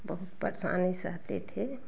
बहुत परेशानी सहते थे